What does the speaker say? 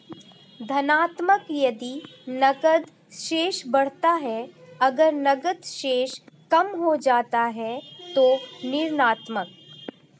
धनात्मक यदि नकद शेष बढ़ता है, अगर नकद शेष कम हो जाता है तो ऋणात्मक